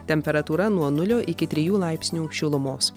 temperatūra nuo nulio iki trijų laipsnių šilumos